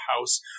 house